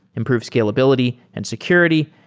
improve scalability, and security,